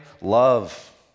Love